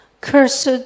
cursed